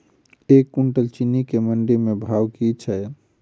एक कुनटल चीनी केँ मंडी भाउ की छै?